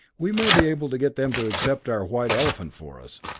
we may be able to get them to accept our white elephant for us.